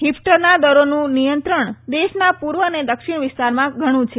હીફ્ટરના દરોનું નિયંત્રણ દેશના પૂર્વ અને દક્ષિણ વિસ્તારમાં ઘણું છે